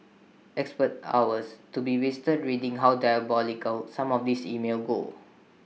expect hours to be wasted reading how diabolical some of these emails go